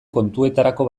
kontuetarako